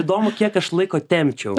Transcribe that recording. įdomu kiek aš laiko tempčiau